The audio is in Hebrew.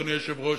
אדוני היושב-ראש,